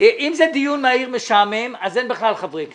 זה דיון מהיר משעמם, אין בכלל חברי כנסת,